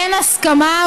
אין הסכמה,